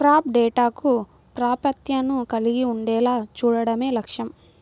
crop డేటాకు ప్రాప్యతను కలిగి ఉండేలా చూడడమే లక్ష్యం